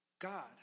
God